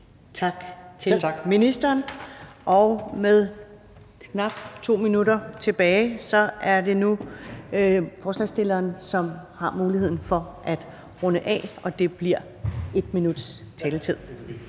Tak til ministeren, og med knap 2 minutter af tiden tilbage er det nu ordføreren for forslagstillerne, som har muligheden for at runde af, og der bliver 1 minuts taletid.